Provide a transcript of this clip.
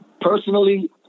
personally